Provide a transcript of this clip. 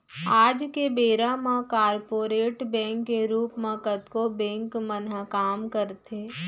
आज के बेरा म कॉरपोरेट बैंक के रूप म कतको बेंक मन ह काम करथे